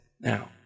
Now